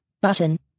button